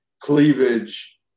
cleavage